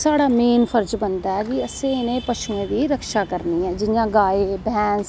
साढ़ा मेन फर्ज बनदा ऐ कि अस इनें पशुएं दी रक्षा करनी ऐ जियां गाय भैंस